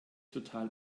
total